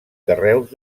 carreus